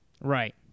Right